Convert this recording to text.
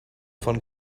von